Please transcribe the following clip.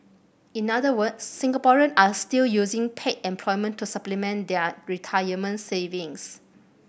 in other words Singaporeans are still using paid employment to supplement their retirement savings